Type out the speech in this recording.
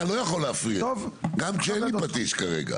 אבל אתה לא יכול להפריע, גם שכאין לי פטיש כרגע.